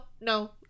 no